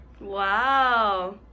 Wow